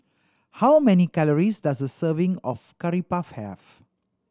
how many calories does a serving of Curry Puff have